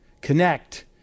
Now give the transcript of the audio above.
connect